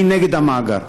אני נגד המאגר,